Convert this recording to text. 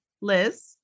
Liz